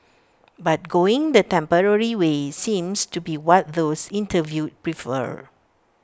but going the temporary way seems to be what those interviewed prefer